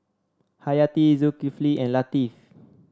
Hayati Zulkifli and Latif